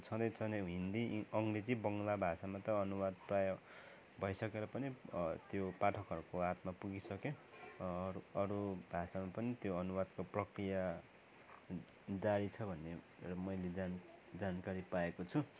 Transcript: छँदैछ नि हिन्दी अङ्ग्रेजी बङ्गला भाषामा त अनुवाद प्राय भइसकेर पनि त्यो पाठकहरूको हातमा पुगिसक्यो अरू अरू भाषामा पनि त्यो अनुवादको प्रक्रिया जारी छ भन्ने मैले जान् जानकारी पाएको छु